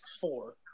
four